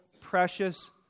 precious